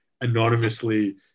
anonymously